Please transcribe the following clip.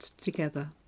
together